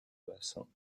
байсан